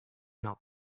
not